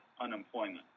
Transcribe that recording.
unemployment